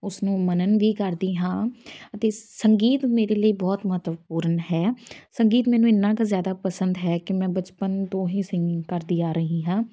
ਉਸਨੂੰ ਮਨਨ ਵੀ ਕਰਦੀ ਹਾਂ ਅਤੇ ਸੰਗੀਤ ਮੇਰੇ ਲਈ ਬਹੁਤ ਮਹੱਤਵਪੂਰਨ ਹੈ ਸੰਗੀਤ ਮੈਨੂੰ ਇੰਨਾ ਕੁ ਜ਼ਿਆਦਾ ਪਸੰਦ ਹੈ ਕਿ ਮੈਂ ਬਚਪਨ ਤੋਂ ਹੀ ਸਿੰਗਿੰਗ ਕਰਦੀ ਆ ਰਹੀ ਹਾਂ